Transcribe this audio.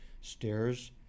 stairs